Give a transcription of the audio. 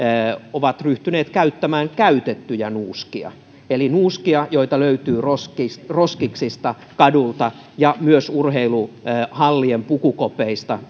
ovat ryhtyneet käyttämään käytettyjä nuuskia eli nuuskia joita löytyy roskiksista roskiksista kadulta ja myös urheiluhallien pukukopeista